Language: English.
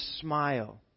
smile